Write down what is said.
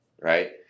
right